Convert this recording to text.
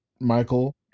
Michael